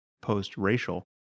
post-racial